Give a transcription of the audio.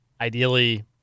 ideally